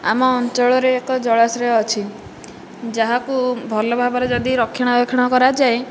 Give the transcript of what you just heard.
ଆମ ଅଞ୍ଚଳରେ ଏକ ଜଳାଶ୍ରୟ ଅଛି ଯାହାକୁ ଭଲ ଭାବରେ ଯଦି ରକ୍ଷଣା ବେକ୍ଷଣ କରାଯାଏ